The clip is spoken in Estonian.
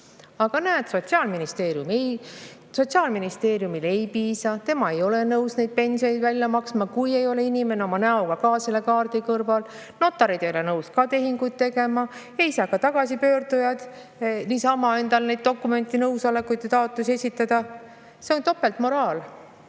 Aga näed, Sotsiaalministeeriumile ei piisa, tema ei ole nõus pensioni välja maksma, kui inimene ei ole oma näoga selle kaardi kõrval, notarid ei ole nõus tehinguid tegema, ei saa ka tagasipöördujad niisama endale neid dokumente ja nõusolekuid, ei saa taotlusi esitada. See on topeltmoraal.